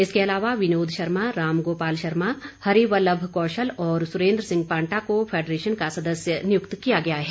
इसके अलावा विनोद शर्मा रामगोपाल शर्मा हरिवल्लभ कौशल और सुरेन्द्र सिंह पांटा को फैडरेशन को सदस्य नियुक्त किया गया है